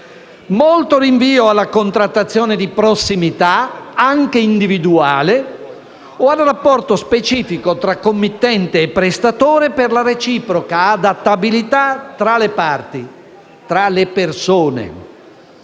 molto rinvio alla contrattazione di prossimità, anche individuale, o al rapporto specifico tra committente e prestatore per la reciproca adattabilità tra le parti. In attesa